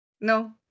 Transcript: No